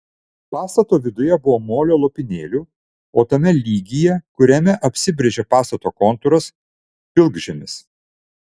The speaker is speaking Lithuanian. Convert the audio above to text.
pastato viduje buvo molio lopinėlių o tame lygyje kuriame apsibrėžė pastato kontūras pilkžemis